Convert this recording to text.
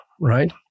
right